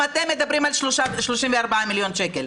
אתם מדברים על 34 מיליון שקלים,